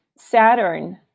Saturn